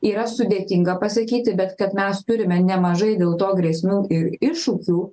yra sudėtinga pasakyti bet kad mes turime nemažai dėl to grėsmių ir iššūkių